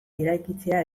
eraikitzea